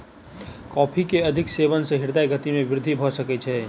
coffee के अधिक सेवन सॅ हृदय गति में वृद्धि भ सकै छै